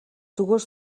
зүгээр